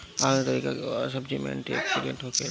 organic तरीका उगावल सब्जी में एंटी ओक्सिडेंट होखेला